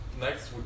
next